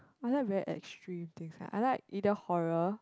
I like very extreme things like I like either horror